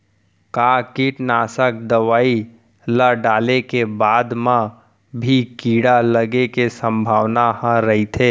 का कीटनाशक दवई ल डाले के बाद म भी कीड़ा लगे के संभावना ह रइथे?